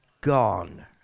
gone